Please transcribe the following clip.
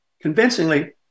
convincingly